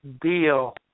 deal